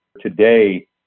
today